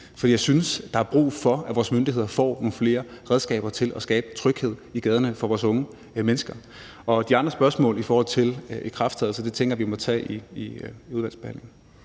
jeg synes, der er brug for, at vores myndigheder får nogle flere redskaber til at skabe tryghed i gaderne for vores unge mennesker. De andre spørgsmål vedrørende ikrafttrædelsen tænker jeg vi må tage i udvalgsbehandlingen.